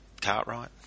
Cartwright